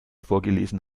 vorgelesen